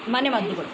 ಮನೆಮದ್ದುಗಳು